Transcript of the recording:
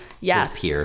yes